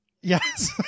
Yes